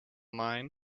mine